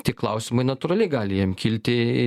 tie klausimai natūraliai gali jam kilti